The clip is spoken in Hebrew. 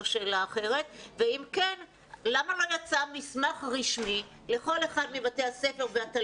ולמה לא יצא מסמך רשמי עבור כל התלמידים,